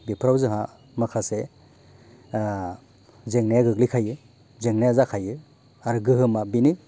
बेफोराव जोंहा माखासे ओ जेंनाया गोग्लैखायो जेंनाया जाखायो आरो गोहोमा बेनो